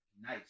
nice